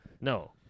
No